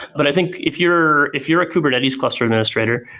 but i think if you're if you're a kubernetes cluster administrator,